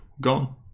gone